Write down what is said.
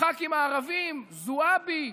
הח"כים הערבים: זועבי,